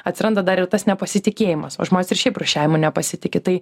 atsiranda dar ir tas nepasitikėjimas o žmonės ir šiaip rūšiavimu nepasitiki tai